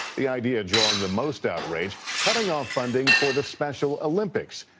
the idea drawing the most outrage, cutting out funding for the special olympics.